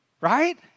Right